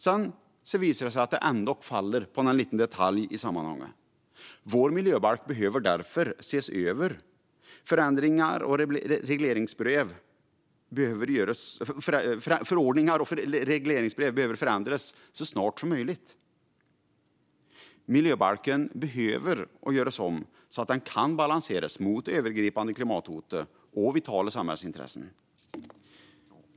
Sedan visar det sig att det ändå faller på någon liten detalj i sammanhanget. Vår miljöbalk behöver därför ses över. Förordningar och regleringsbrev behöver förändras så snart som möjligt. Miljöbalken behöver göras om så att den kan balanseras mot det övergripande klimathotet och vitala samhällsintressen.